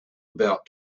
about